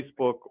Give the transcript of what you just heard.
Facebook